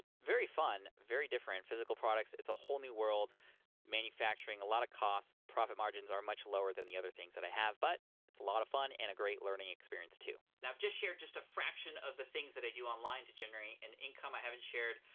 very fun, very different. physical products, it's a whole new world manufacturing a lot of costs. the profit margins are much lower than the other things that i have but it's a lot of fun and a great learning experience too. now, just share just a fraction of the things that i do online to generate an income i haven't shared,